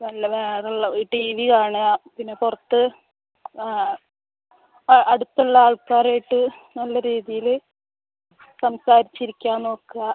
നല്ല വേറെള്ള T V കാണുക പിന്നെ പുറത്ത് അടുത്തുള്ളാൾക്കാരുമായിട്ട് നല്ല രീതീയിൽ സംസാരിച്ചിരിക്കാൻ നോക്കുക